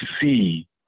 see